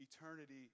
eternity